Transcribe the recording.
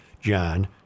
john